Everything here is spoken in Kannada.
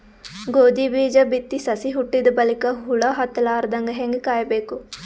ಗೋಧಿ ಬೀಜ ಬಿತ್ತಿ ಸಸಿ ಹುಟ್ಟಿದ ಬಲಿಕ ಹುಳ ಹತ್ತಲಾರದಂಗ ಹೇಂಗ ಕಾಯಬೇಕು?